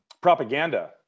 propaganda